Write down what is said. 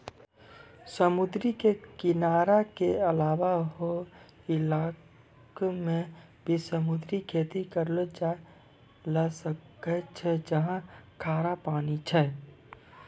समुद्र के किनारा के अलावा हौ इलाक मॅ भी समुद्री खेती करलो जाय ल सकै छै जहाँ खारा पानी छै